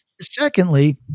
secondly